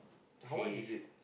how much is it